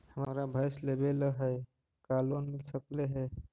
हमरा भैस लेबे ल है का लोन मिल सकले हे?